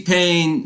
Pain